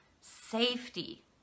safety